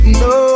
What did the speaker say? no